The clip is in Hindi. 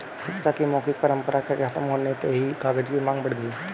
शिक्षा की मौखिक परम्परा के खत्म होते ही कागज की माँग बढ़ गई